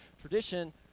Tradition